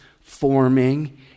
forming